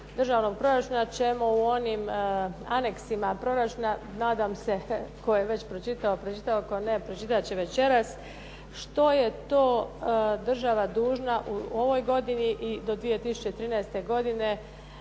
državnog proračuna ćemo u onim anexima proračuna nadam se, tko je već pročitao pročitao, tko ne pročitat će večeras, što je to država dužna u ovoj godini i do 2013. godine